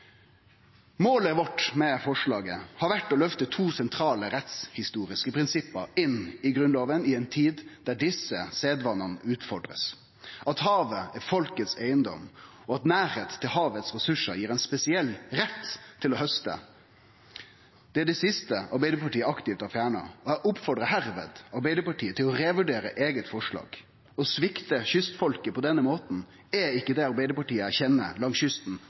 Målet vårt med forslaget har vore å løfte to sentrale rettshistoriske prinsipp inn i Grunnloven i ei tid då desse sedvanane blir utfordra: at havet er eigedomen til folket, og at nærleik til ressursane i havet gir ein spesiell rett til å hauste. Det er det siste som Arbeidarpartiet aktivt har fjerna, og eg oppfordrar hermed Arbeidarpartiet til å revurdere sitt eige forslag. Å svikte kystfolket på denne måten er ikkje det Arbeidarpartiet eg kjenner langs kysten